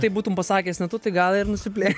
tai būtum pasakęs ne tu tai gal ir nusiplė